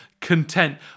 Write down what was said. content